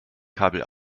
kabel